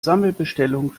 sammelbestellung